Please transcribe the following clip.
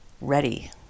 ready